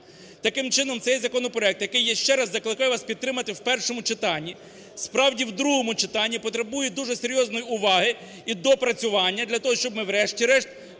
Таким чином, цей законопроект, який я ще раз закликаю вас підтримати в першому читанні, справді, в другому читанні потребує дуже серйозної уваги і доопрацювання для того, щоб ми врешті-решт